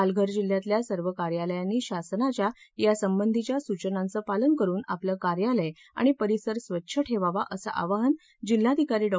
पालघर जिल्ह्यातल्या सर्व कार्यालयांनी शासनाच्या यासंबंधीच्या सूचनांचं पालन करून आपलं कार्यालय आणि परिसर स्वच्छ ठेवावा असं आवाहन जिल्हाधिकारी डॉ